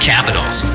Capitals